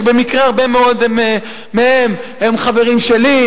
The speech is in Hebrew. שבמקרה הרבה מאוד מהם הם חברים שלי,